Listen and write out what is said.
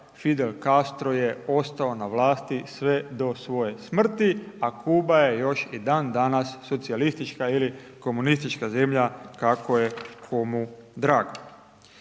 Fidel Castro je ostao na vlasti sve do svoje smrti a Kuba je još i dan danas socijalistička ili komunistička zemlja kako je komu drago.